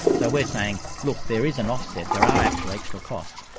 so we're saying, look, there is an offset, there are actual extra costs,